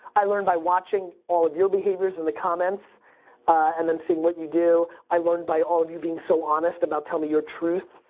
i learn by watching all of your behaviors in the comments and then seeing what you do. i learn by all of you being so honest about telling me your truth,